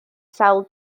sawl